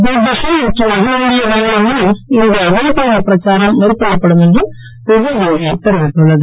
தூர்தர்ஷன் மற்றும் அகில இந்திய வானொலி மூலம் இந்த விழிப்புணர்வுப் பிரச்சாரம் மேற்கொள்ளப்படும் என்றும் ரிசர்வ் வங்கி தெரிவித்துள்ளது